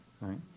Right